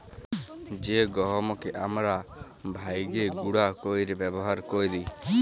জ্যে গহমকে আমরা ভাইঙ্গে গুঁড়া কইরে ব্যাবহার কৈরি